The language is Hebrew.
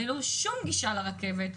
ללא שום גישה לרכבת.